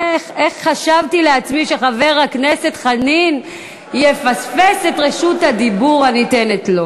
איך חשבתי לעצמי שחבר הכנסת חנין יפספס את רשות הדיבור הניתנת לו?